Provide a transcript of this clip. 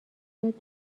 یاد